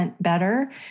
better